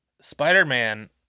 Spider-Man